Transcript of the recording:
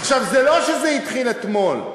עכשיו, זה לא שזה התחיל אתמול.